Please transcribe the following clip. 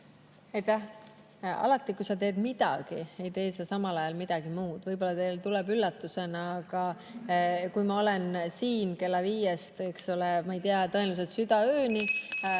Aitäh! Alati, kui sa teed midagi, ei tee sa samal ajal midagi muud. Võib-olla teile tuleb üllatusena, aga kui ma olen siin kella viiest, ma ei tea, tõenäoliselt südaööni